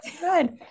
good